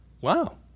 Wow